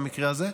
במקרה הזה,